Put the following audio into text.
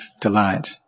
delight